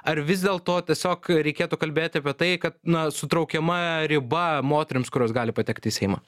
ar vis dėlto tiesiog reikėtų kalbėt apie tai kad na sutraukiama riba moterims kurios gali patekti į seimą